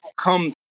come